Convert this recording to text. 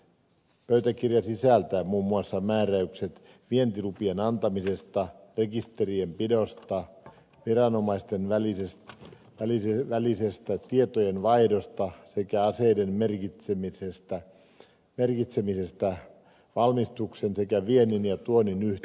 pöytäkirja sisältää muun muassa määräykset vientilupien antamisesta rekisterien pidosta viranomaisten välisestä tietojenvaihdosta sekä aseiden merkitsemisestä valmistuksen sekä viennin ja tuonnin yhteydessä